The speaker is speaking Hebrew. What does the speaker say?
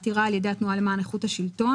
עתירה על ידי התנועה למען איכות השלטון,